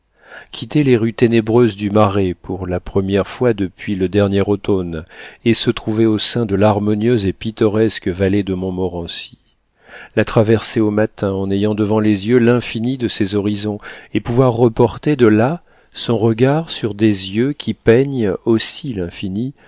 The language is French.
quitter les rues ténébreuses du marais pour la première fois depuis le dernier automne et se trouver au sein de l'harmonieuse et pittoresque vallée de montmorency la traverser au matin en ayant devant les yeux l'infini de ses horizons et pouvoir reporter de là son regard sur des yeux qui peignent aussi l'infini